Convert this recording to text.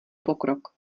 pokrok